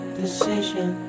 decision